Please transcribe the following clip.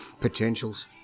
potentials